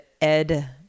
Ed